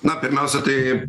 na pirmiausia tai